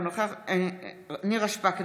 אינו נוכח נירה שפק,